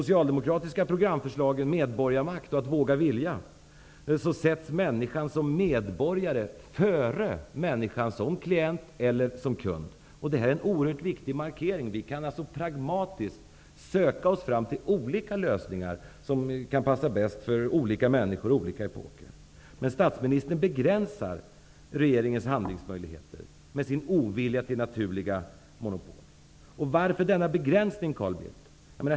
I Medborgarmakt och uttrycket ''att våga vilja'' sätts människan som medborgare före människan som klient eller kund. Det är en oerhört viktig markering. Vi kan alltså pragmatiskt söka oss fram till olika lösningar som kan passa bäst för olika människor och olika epoker. Men statsministern begränsar regeringens handlingsmöjligheter med sin ovilja till naturliga monopol. Varför denna begränsning, Carl Bildt?